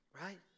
Right